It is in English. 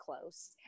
close